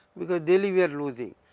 because daily we are losing.